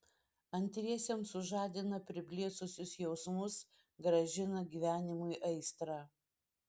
antriesiems sužadina priblėsusius jausmus grąžina gyvenimui aistrą